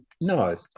no